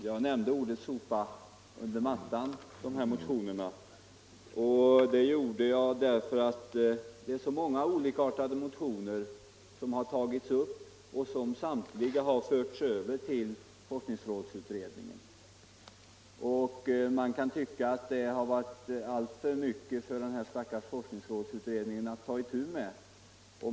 Den statliga Herr talman! Jag använde uttrycket sopa under mattan därför att det — forskningsverksamär så många olikartade motioner som samtliga förts över på forskningsheten rådsutredningen. Man kan tycka att det skulle vara för mycket för forskningsrådsutredningen att ta itu med.